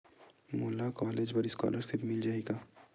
मोला कॉलेज बर स्कालर्शिप मिल जाही का?